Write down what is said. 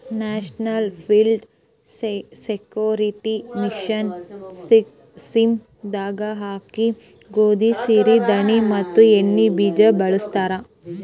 national food security mission scheme ದಾಗ ಅಕ್ಕಿ, ಗೋದಿ, ಸಿರಿ ಧಾಣಿ ಮತ್ ಎಣ್ಣಿ ಬೀಜ ಬೆಳಸ್ತರ